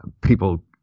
people